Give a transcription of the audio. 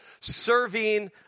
serving